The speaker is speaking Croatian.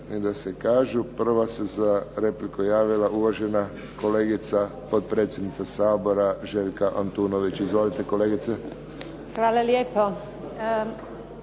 Hvala lijepo.